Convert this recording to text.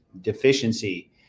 deficiency